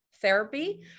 therapy